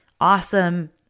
awesome